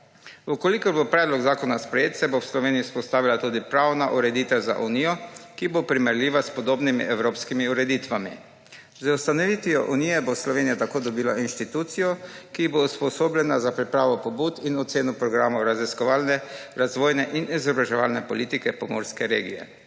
V kolikor bo predlog zakona sprejet, se bo v Sloveniji vzpostavila tudi pravna ureditev za Unijo, ki bo primerljiva s podobnimi evropskimi ureditvami. Z ustanovitvijo Unije bo Slovenija tako dobila institucijo, ki bo usposobljena za pripravo pobud in oceno programa raziskovalne, razvojne in izobraževalne politike pomurske regije.